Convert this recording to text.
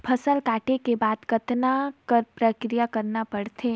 फसल काटे के बाद कतना क प्रक्रिया करना पड़थे?